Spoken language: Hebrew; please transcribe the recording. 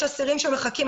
יש אסירים שמחכים.